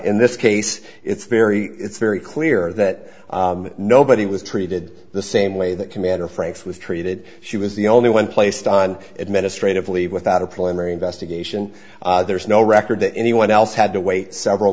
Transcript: in this case it's very it's very clear that nobody was treated the same way that commander franks was treated she was the only one placed on administrative leave without a preliminary investigation there is no record that anyone else had to wait several